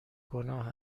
گناه